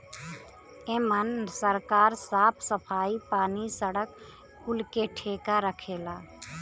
एमन सरकार साफ सफाई, पानी, सड़क कुल के ठेका रखेला